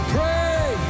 Pray